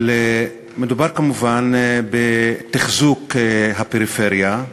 אבל מדובר כמובן בתחזוק הפריפריה,